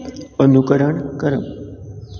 अनुकरण करप